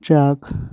truck